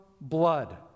blood